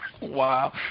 Wow